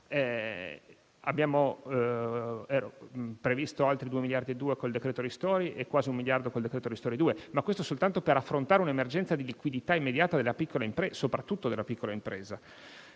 Abbiamo previsto altri 2,2 miliardi con il cosiddetto decreto ristori e quasi un miliardo con il decreto ristori-*bis*. Ciò soltanto per affrontare un'emergenza di liquidità immediata soprattutto della piccola impresa.